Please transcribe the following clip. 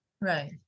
Right